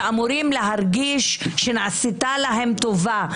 שאמורים להרגיש שנעשתה להם טובה,